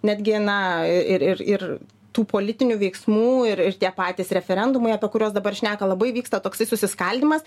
netgi na ir ir ir tų politinių veiksmų ir ir tie patys referendumai apie kuriuos dabar šneka labai vyksta toksai susiskaldymas